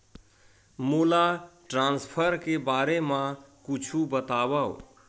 मोला ट्रान्सफर के बारे मा कुछु बतावव?